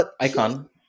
Icon